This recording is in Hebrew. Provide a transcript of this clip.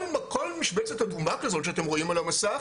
כל משבצת אדומה כזאת שאתם רואים על המסך,